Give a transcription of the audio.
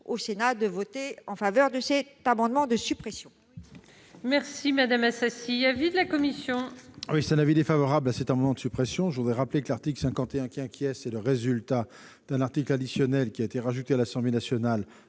au Sénat de voter en faveur de cet amendement de suppression.